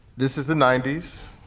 this is the ninety s.